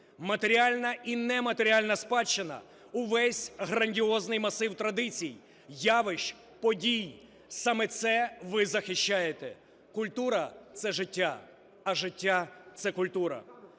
матеріальна і нематеріальна спадщина, увесь грандіозний масив традицій, явищ, подій. Саме це ви захищаєте. Культура – це життя, а життя – це культура.